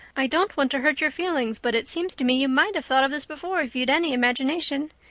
i don't want to hurt your feelings but it seems to me you might have thought of this before if you'd any imagination.